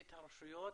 את הרשויות,